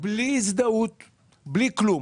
בלי הזדהות ובלי כלום.